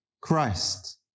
Christ